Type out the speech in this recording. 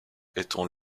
étant